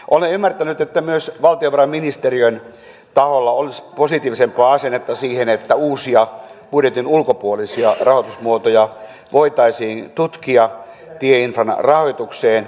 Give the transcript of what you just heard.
olen ymmärtänyt että myös valtiovarainministeriön taholla olisi positiivisempaa asennetta siihen että uusia budjetin ulkopuolisia rahoitusmuotoja voitaisiin tutkia tieinfran rahoitukseen